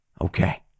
Okay